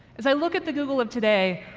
as i look at the google of today,